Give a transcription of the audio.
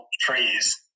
trees